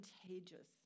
contagious